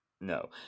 no